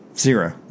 Zero